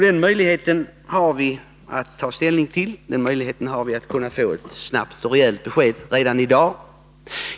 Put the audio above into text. Den möjligheten kan vi ta ställning till — möjligheten att få ett snabbt och rejält besked redan i dag.